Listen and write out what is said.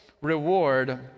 reward